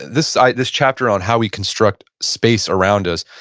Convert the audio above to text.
this ah this chapter on how we construct space around us,